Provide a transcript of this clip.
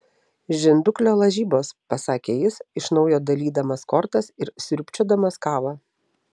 žinduklio lažybos pasakė jis iš naujo dalydamas kortas ir sriubčiodamas kavą